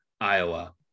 Iowa